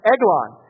Eglon